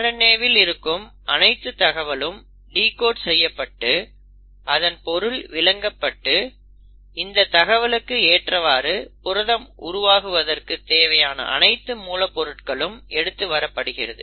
RNA வில் இருக்கும் அனைத்து தகவலும் டிகோட் செய்யப்பட்டு அதன் பொருள் விளங்கப்பட்டு இந்த தகவலுக்கு ஏற்றவாறு புரதம் உருவாக்குவதற்கு தேவையான அனைத்து மூலப்பொருட்களும் எடுத்து வரப்படுகிறது